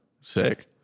Sick